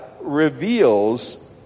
reveals